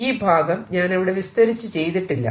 ഈ ഭാഗം ഞാൻ അവിടെ വിസ്തരിച്ച് ചെയ്തിട്ടില്ല